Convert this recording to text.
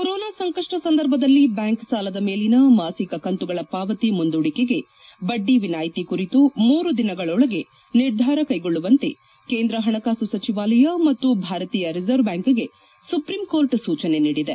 corona ಸಂಕಷ್ನ ಸಂದರ್ಭದಲ್ಲಿ bank ಸಾಲದ ಮೇಲಿನ ಮಾಸಿಕ ಕಂತುಗಳ ಪಾವತಿ ಮುಂದೂಡಿಕೆಗೆ ಬಡ್ಡಿ ವಿನಾಯಿತಿ ಕುರಿತು ಮೂರು ದಿನದೊಳಗೆ ನಿರ್ಧಾರ ಕ್ಲೆಗೊಳ್ಲುವಂತೆ ಕೇಂದ್ರ ಹಣಕಾಸು ಸಚವಾಲಯ ಮತ್ತು ಭಾರತೀಯ ರಿಸರ್ವ್ ಬ್ಲಾಂಕ್ಗೆ ಸುಪ್ರೀಂ ಕೋರ್ಟ್ ಸೂಚನೆ ನೀಡಿದೆ